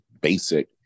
basic